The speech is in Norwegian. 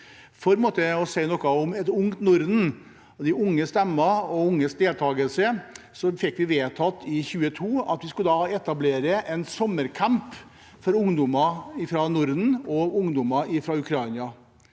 For å si noe om et ungt Norden, de unges stemmer og unges deltakelse: I 2022 fikk vi vedtatt at vi skulle etablere en sommercamp for ungdommer fra Norden og ungdommer fra Ukraina.